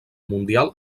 mundial